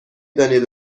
دانید